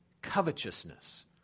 covetousness